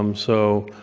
um so